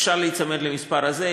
אפשר להיצמד למספר הזה,